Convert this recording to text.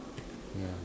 yeah